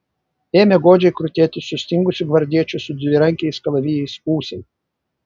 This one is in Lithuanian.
ėmė godžiai krutėti sustingusių gvardiečių su dvirankiais kalavijais ūsai